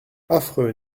affreux